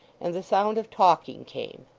and the sound of talking came.